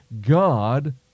God